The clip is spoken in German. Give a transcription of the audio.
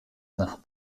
nach